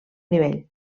nivell